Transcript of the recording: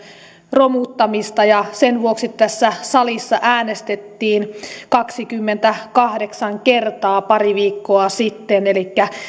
romuttamista ja sen vuoksi tässä salissa äänestettiin kaksikymmentäkahdeksan kertaa pari viikkoa sitten elikkä